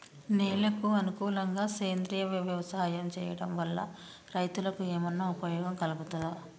నేలకు అనుకూలంగా సేంద్రీయ వ్యవసాయం చేయడం వల్ల రైతులకు ఏమన్నా ఉపయోగం కలుగుతదా?